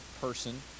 person